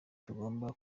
tugomba